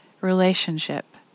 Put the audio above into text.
relationship